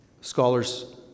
Scholars